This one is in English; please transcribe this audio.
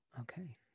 Okay